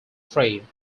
frame